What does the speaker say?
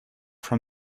from